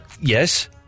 yes